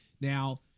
Now